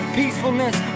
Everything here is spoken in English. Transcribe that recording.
peacefulness